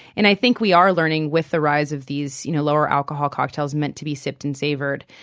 and i think we are learning with the rise of these you know lower alcohol cocktails meant to be sipped and savored,